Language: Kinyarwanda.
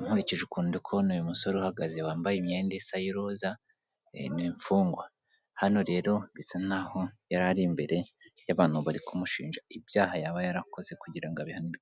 Nkurijie ukuntu ndi kubona uyu musore uhagaze wambaye imyenda isa y'iroza n'imfungwa. Hano rero, bisa naho yari ar'imbere y'abantu bari kumushinja ibyaha yaba yarakoze, kugirango abihanirwe.